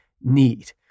need